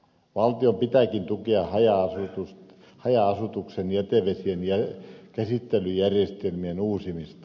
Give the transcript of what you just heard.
valtion pitääkin tukea haja asutuksen jätevesien käsittelyjärjestelmien uusimista